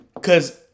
cause